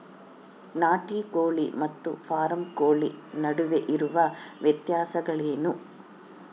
ನಾಟಿ ಕೋಳಿ ಮತ್ತು ಫಾರಂ ಕೋಳಿ ನಡುವೆ ಇರುವ ವ್ಯತ್ಯಾಸಗಳೇನು?